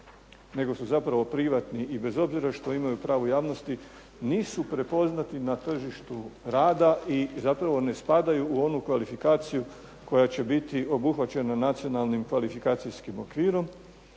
nego su zapravo privatni i bez obzira što imaju pravo javnosti nisu prepoznati na tržištu rada i zapravo ne spadaju u onu kvalifikaciju koja će biti obuhvaćena nacionalnim kvalifikacijskim okvirom